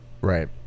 right